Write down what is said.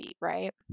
right